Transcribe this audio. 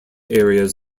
areas